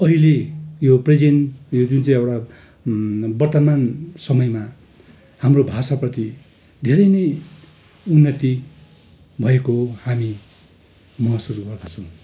अहिले यो प्रेजेन्ट यो जुन चाहिँ एउटा वर्तमान समयमा हाम्रो भाषाप्रति धेरै नै उन्नति भएको हामी महसुस गर्दछौँ